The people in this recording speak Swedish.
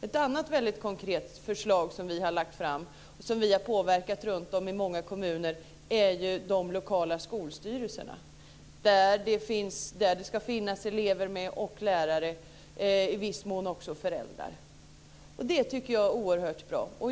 Ett annat väldigt konkret förslag som vi har lagt fram och som har påverkat många kommuner runt om i landet är de lokala skolstyrelserna, där det ska finnas med elever, lärare och i viss mån också föräldrar. Det tycker jag är oerhört bra.